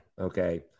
Okay